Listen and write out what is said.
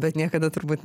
bet niekada turbūt